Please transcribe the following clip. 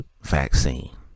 vaccine